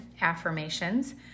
affirmations